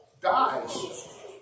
dies